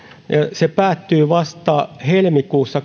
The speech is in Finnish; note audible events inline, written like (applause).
se päättyy vasta helmikuussa (unintelligible)